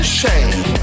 shame